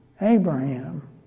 Abraham